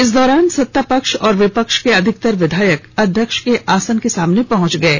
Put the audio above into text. इस दौरान सत्ता पक्ष और विपक्ष के अधिकतर विधायक अध्यक्ष के आसन के सामने पहंच गये